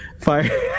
fire